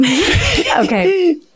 Okay